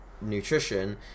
nutrition